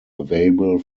available